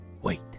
Wait